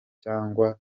cyangwa